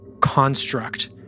construct